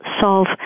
solve